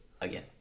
again